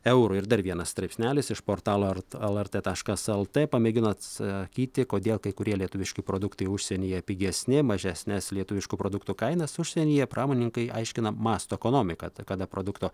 eurų ir dar vienas straipsnelis iš portalo ar lrt taškas lt lt pamėgino atsakyti kodėl kai kurie lietuviški produktai užsienyje pigesni mažesnes lietuviškų produktų kainas užsienyje pramonininkai aiškina masto ekonomika kada produkto